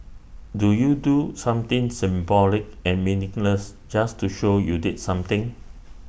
do you do something symbolic and meaningless just to show you did something